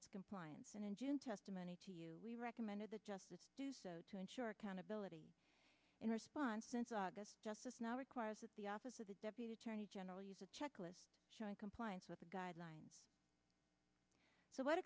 d compliance and in june testimony to you we recommended that justice do so to ensure accountability in response since august justice now requires that the office of the deputy attorney general use a checklist showing compliance with the guidelines so what